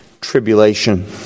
tribulation